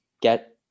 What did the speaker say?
get